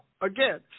Again